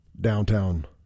downtown